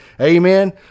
amen